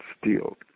steal